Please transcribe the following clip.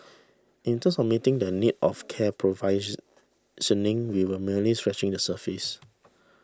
in terms of meeting the needs of care provision we were merely scratching the surface